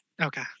Okay